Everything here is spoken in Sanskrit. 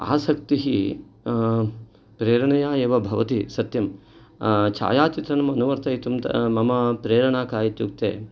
आसक्तिः प्रेरणया एव भवति सत्यं छायाचित्रनम् अनुवर्तयितुं मम प्रेरणा का इत्युक्ते